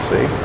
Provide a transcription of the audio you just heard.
See